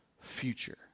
future